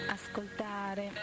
ascoltare